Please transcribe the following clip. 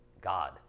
God